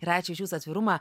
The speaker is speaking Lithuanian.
ir ačiū už jūsų atvirumą